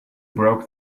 broke